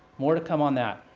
more to come on that.